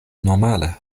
normale